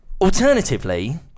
Alternatively